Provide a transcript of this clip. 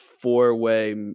four-way